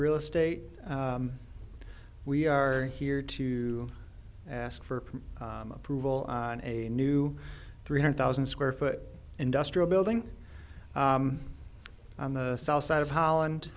real estate we are here to ask for approval on a new three hundred thousand square foot industrial building on the south side of holland